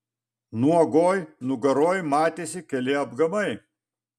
nuogoj nugaroj matėsi keli apgamai